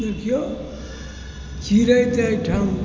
देखिऔ चिड़ै तऽ एहिठाम